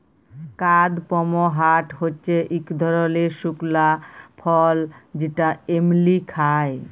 কাদপমহাট হচ্যে ইক ধরলের শুকলা ফল যেটা এমলি খায়